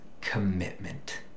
commitment